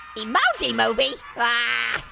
emoji movie? blah!